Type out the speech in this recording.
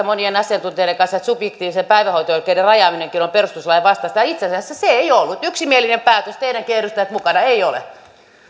monien asiantuntijoiden kanssa että subjektiivisen päivähoito oikeuden rajaaminenkin on perustuslain vastaista ja itse asiassa se ei ollut yksimielinen päätös teidänkin edustajat mukana ei ole